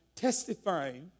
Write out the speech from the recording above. Testifying